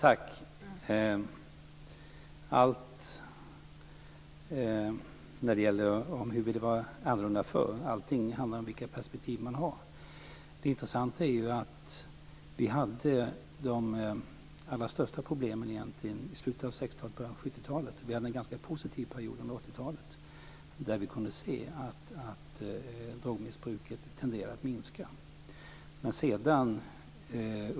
Herr talman! När det gäller frågan om det var annorlunda förr handlar det om vilket perspektiv man har. Det intressanta är att vi hade allra störst problem i slutet av 60-talet och början av 70-talet. Vi hade en ganska positiv period under 80-talet, då vi kunde se att drogmissbruket tenderade att minska.